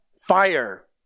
fire